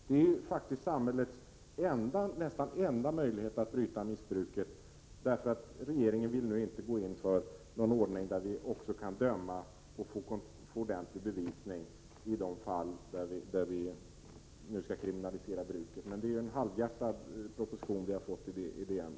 Det är samhällets nästan enda möjlighet att bryta missbruket, när regeringen inte vill gå in för en ordning där man kan | döma och få ordentlig bevisning i de fall där bruket nu skall kriminaliseras. Det är en halvhjärtad proposition som regeringen har lagt fram i detta ämne.